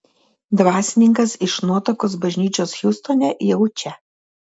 dvasininkas iš nuotakos bažnyčios hjustone jau čia